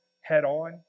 head-on